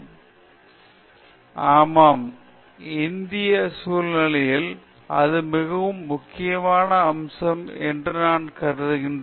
பேராசிரியர் பிரதாப் ஹரிதாஸ் ஆமாம் இந்திய சூழலலில் அது மிக முக்கியமான அம்சம் என்று நான் கருதுகிறேன்